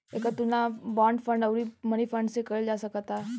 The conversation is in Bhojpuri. एकर तुलना बांड फंड अउरी मनी फंड से कईल जा सकता